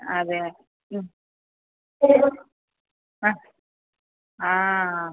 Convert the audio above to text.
അതെയോ ചെയ്തോ ആ